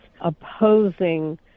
opposing